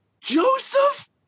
Joseph